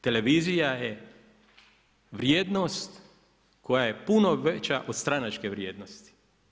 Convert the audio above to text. Televizija je vrijednost koja je puno veća od stranačke vrijednosti.